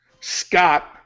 Scott